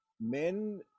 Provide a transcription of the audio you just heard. men